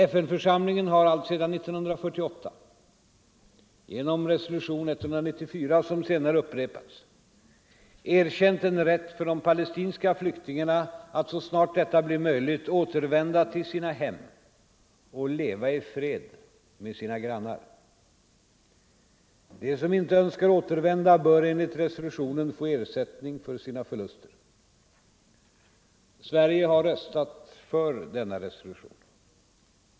FN-församlingen har alltsedan 1948 genom resolution 194 som senare upprepats erkänt en rätt för de palestinska flyktingarna att så snart detta blir möjligt ”återvända till sina hem och leva i fred med sina grannar”. De som inte önskar återvända bör enligt resolutionen få ersättning för sina förluster. Sverige har röstat för denna resolution.